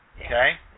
Okay